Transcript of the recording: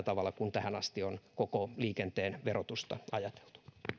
tavalla kuin tähän asti on koko liikenteen verotusta ajateltu